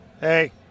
Hey